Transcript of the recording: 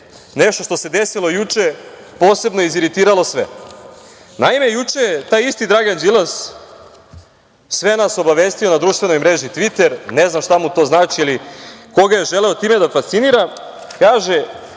nešto što se desilo juče, posebno je iziritiralo sve. Naime, juče je taj isti Dragan Đilas sve nas obavestio na društvenoj mreži „Tviter“, ne znam šta mu to znači ili koga je želeo time da fascinira, kaže